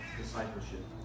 discipleship